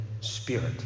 spirit